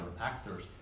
actors